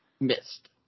Missed